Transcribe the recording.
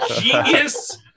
genius